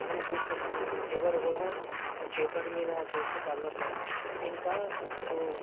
మనం చూస్తున్నాం ఎవరు కూడా పేపర్ మీద చూసి చదవట్లేదు ఇంకా అసలు